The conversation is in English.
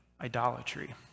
idolatry